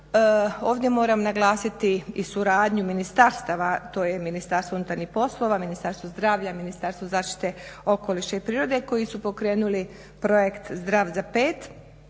ovdje moram naglasiti i suradnju ministarstava, to je Ministarstvo unutarnjih poslova, Ministarstvo zdravlja, Ministarstvo zaštite okoliša i prirode koji su pokrenuli projekt "Zdrav za pet"